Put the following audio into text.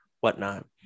whatnot